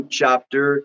chapter